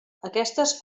aquestes